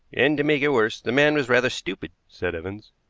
and, to make it worse, the man was rather stupid, said evans.